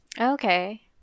Okay